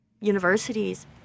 universities